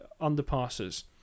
underpasses